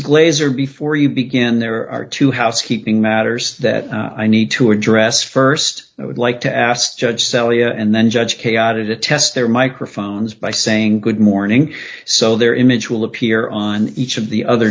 glaser before you begin there are two housekeeping matters that i need to address st i would like to ask judge sally and then judge chaotic to test their microphones by saying good morning so their image will appear on each of the other